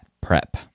prep